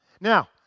Now